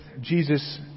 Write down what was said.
Jesus